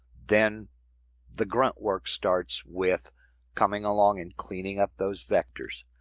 then the grunt work starts, with coming along and cleaning up those vectors.